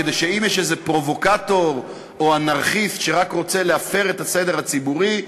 כדי שאם יש איזה פרובוקטור או אנרכיסט שרק רוצה להפר את הסדר הציבורי,